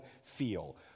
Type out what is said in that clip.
feel